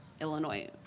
Illinois